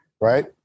right